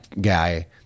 guy